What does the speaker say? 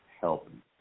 helping